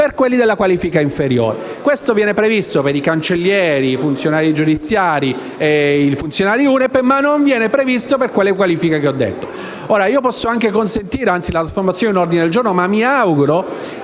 per quelli della qualifica inferiore: questo viene previsto per i cancellieri, i funzionari giudiziari e i funzionari UNEP, ma non per le qualifiche elencate prima. Posso anche accettare la trasformazione in ordine del giorno, ma mi auguro